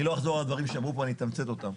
אני לא אחזור על דברים שאמרו פה, אני אתמצת אותם.